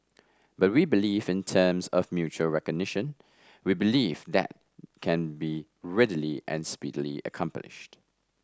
but we believe in terms of mutual recognition we believe that can be readily and speedily accomplished